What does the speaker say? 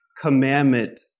commandment